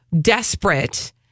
desperate